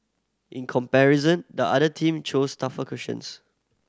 in comparison the other team chose tougher questions